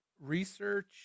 research